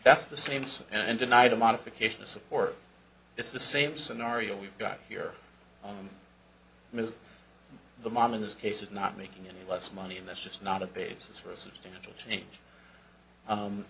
that's the same size and denied a modification support it's the same scenario we've got here on the mom in this case is not making any less money and that's just not a basis for a substantial change